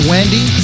Wendy